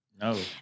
No